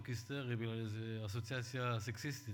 היסטרי בגלל איזו אסוציאציה סקסיסטית,